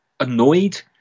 annoyed